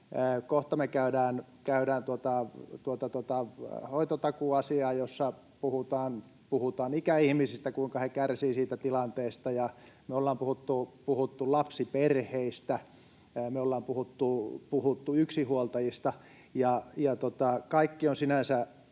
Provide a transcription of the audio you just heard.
Kohta me käydään hoitotakuuasiaa, jossa puhutaan ikäihmisistä, kuinka he kärsivät siitä tilanteesta, ja me ollaan puhuttu lapsiperheistä ja yksinhuoltajista, ja kaikki ovat sinänsä